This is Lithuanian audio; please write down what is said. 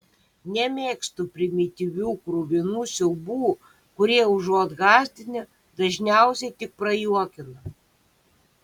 nemėgstu primityvių kruvinų siaubų kurie užuot gąsdinę dažniausiai tik prajuokina